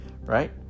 Right